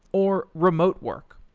or remote work.